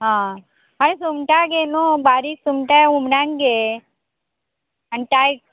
आं आनी सुंगटां घे न्हू बारीक सुंगटां हुमणाक घे आनी टाय